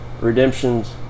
Redemption's